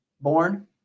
born